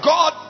God